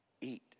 eat